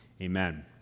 Amen